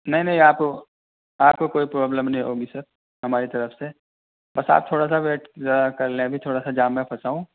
نہیں نہیں آپ آپ کو کوئی پرابلم نہیں ہوگی سر ہماری طرف سے بس آپ تھوڑا سا ویٹ کر لیں ابھی تھوڑا سا جام میں پھنسا ہوں